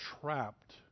trapped